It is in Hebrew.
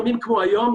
בימים כמו היום,